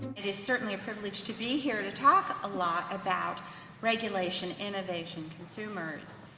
it is certainly a privilege to be here to talk a lot about regulation, innovation, consumers,